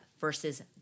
versus